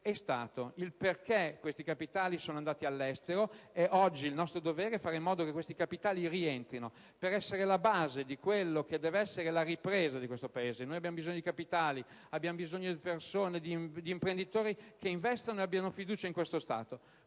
è stato il motivo per cui questi capitali sono andati all'estero, ed oggi il nostro dovere è fare in modo che questi capitali rientrino per essere la base della ripresa di questo Paese. Abbiamo bisogno di capitali, di persone e di imprenditori che investono ed abbiano fiducia in questo Stato.